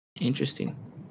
Interesting